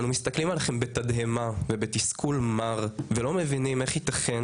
אנו מסתכלים עליכם בתדהמה ובתסכול מר ולא מבינים איך יתכן